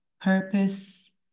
purpose